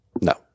No